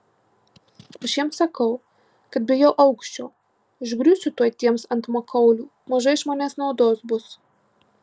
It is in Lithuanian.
aš jiems sakau kad bijau aukščio užgriūsiu tuoj tiems ant makaulių mažai iš manęs naudos bus